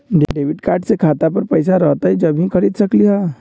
Debit card से खाता पर पैसा रहतई जब ही खरीद सकली ह?